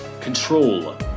control